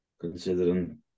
Considering